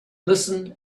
listen